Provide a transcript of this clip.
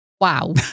Wow